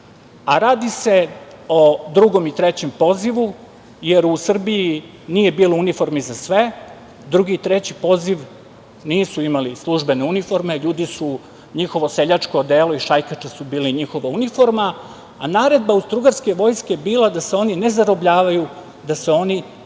Radi se o drugom i trećem pozivu, jer u Srbiji nije bilo uniformi za sve. Drugi i treći poziv nisu imali službene uniforme, njihova seljačka odela i šajkače su bili njihova uniforma, a naredba Austro-ugarske vojske je bila da se oni ne zarobljavaju, da se oni, bilo